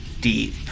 deep